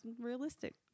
realistic